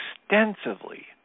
extensively